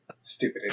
stupid